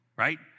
right